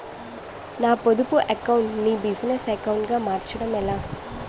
నా పొదుపు అకౌంట్ నీ బిజినెస్ అకౌంట్ గా మార్చడం ఎలా?